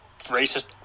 racist –